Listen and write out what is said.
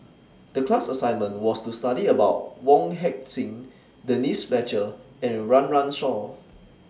The class assignment was to study about Wong Heck Sing Denise Fletcher and Run Run Shaw